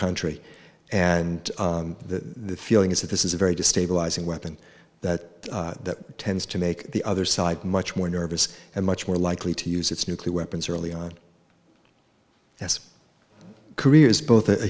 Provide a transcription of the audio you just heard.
country and the feeling is that this is a very destabilizing weapon that that tends to make the other side much more nervous and much more likely to use its nuclear weapons early on as careers both a